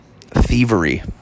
thievery